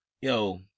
Yo